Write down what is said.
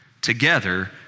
together